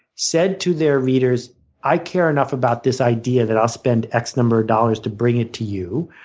said to their readers i care enough about this idea that i'll spend x number of dollars to bring it to you.